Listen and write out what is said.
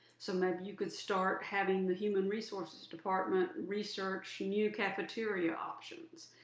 so maybe you can start having the human resources department research new cafeteria options.